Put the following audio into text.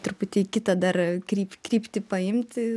truputį kitą dar kry kryptį paimti